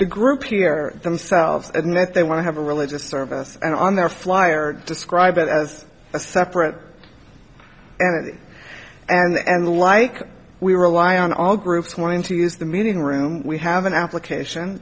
the group you're themselves admit they want to have a religious service and on their flyer describe it as a separate and it and the like we rely on all groups wanting to use the meeting room we have an application